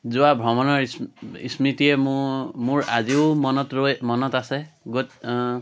যোৱা ভ্ৰমণৰ স্মৃতিয়ে মো মোৰ আজিও মনত ৰৈ মনত আছে গত